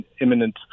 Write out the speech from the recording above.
imminent